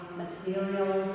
material